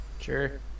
Sure